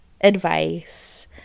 advice